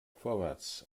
vorwärts